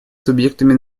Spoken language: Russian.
субъектами